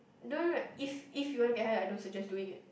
no no no if if you want to get high I don't suggest doing it